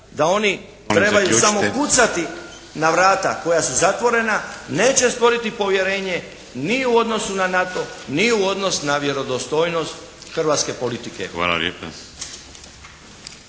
da oni trebaju samo kucati na vrata koja su zatvorena, neće stvoriti povjerenje ni u odnosu na NATO ni u odnos na vjerodostojnost hrvatske politike. **Šeks,